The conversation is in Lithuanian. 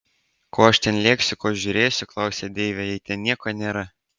ko aš ten lėksiu ko žiūrėsiu klausia deivė jei ten nieko nėra